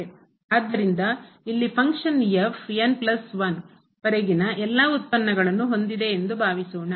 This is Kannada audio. ಆದ್ದರಿಂದ ಇಲ್ಲಿ ಫಂಕ್ಷನ್ ಕಾರ್ಯವು ಪ್ಲಸ್ 1 ವರೆಗಿನ ಎಲ್ಲಾ ಉತ್ಪನ್ನಗಳನ್ನು ಹೊಂದಿದೆ ಎಂದು ಭಾವಿಸೋಣ